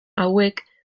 hauek